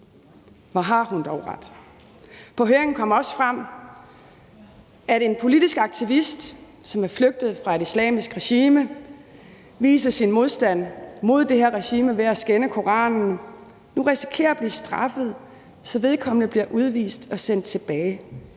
hvor har hun dog ret! Under høringen kom det også frem, at en politisk aktivist, som er flygtet fra et islamisk regime og viser sin modstand mod det her regime ved at skænde Koranen, nu risikerer at blive straffet, så vedkommende bliver udvist og sendt tilbage.